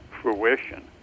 fruition